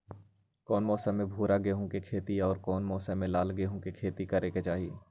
कौन मौसम में भूरा गेहूं के खेती और कौन मौसम मे लाल गेंहू के खेती करे के चाहि?